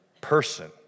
person